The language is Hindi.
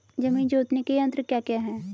जमीन जोतने के यंत्र क्या क्या हैं?